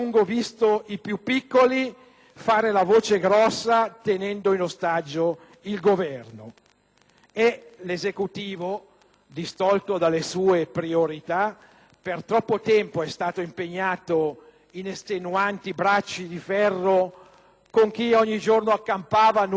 invece, distolto dalle sue priorità, per troppo tempo è stato impegnato in estenuanti bracci di ferro con chi ogni giorno accampava nuove pretese per sé e per le proprie clientele - come si suol dire - da Prima Repubblica.